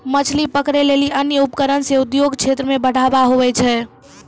मछली पकड़ै लेली अन्य उपकरण से उद्योग क्षेत्र मे बढ़ावा हुवै छै